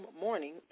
morning